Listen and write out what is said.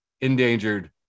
endangered